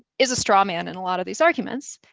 is a straw man in a lot of these arguments.